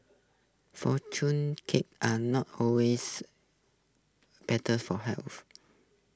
cakes are not always better for health